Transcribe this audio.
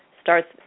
starts